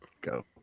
go